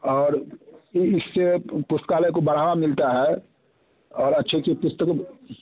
और फिर इससे पुस्तकालय को बढ़ावा मिलता है और अच्छी अच्छी पुस्तकें